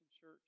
Church